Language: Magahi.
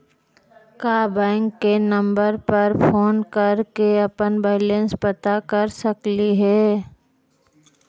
का बैंक के नंबर पर फोन कर के अपन बैलेंस पता कर सकली हे?